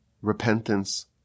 repentance